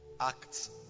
Acts